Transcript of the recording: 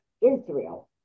Israel